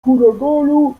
huraganu